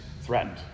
threatened